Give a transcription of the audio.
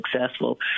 successful